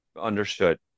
Understood